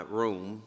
room